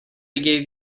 gave